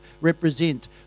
represent